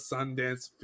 Sundance